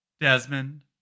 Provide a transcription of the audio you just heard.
Desmond